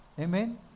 Amen